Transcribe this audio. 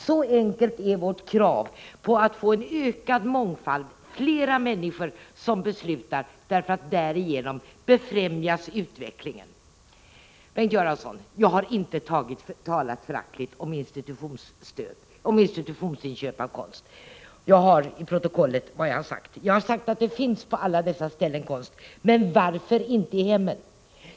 Så enkelt är vårt krav: vi vill ha en ökad mångfald, flera människor som beslutar, för därigenom befrämjas utvecklingen. Bengt Göransson! Jag har inte talat föraktfullt om institutionsinköp av konst. I protokollet återfinns vad jag har yttrat. Det finns konst på alla dessa ställen, men varför inte i hemmen?